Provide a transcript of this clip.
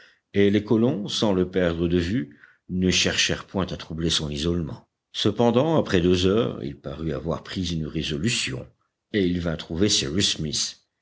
et les colons sans le perdre de vue ne cherchèrent point à troubler son isolement cependant après deux heures il parut avoir pris une résolution et il vint trouver cyrus smith